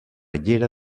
llera